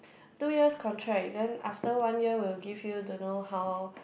two years contract then after one year will give you don't know how